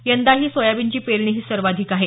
यंदाही सोयाबीनची पेरणी ही सर्वाधिक आहे